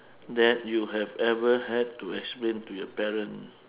that you have ever had to explain to your parent